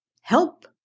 help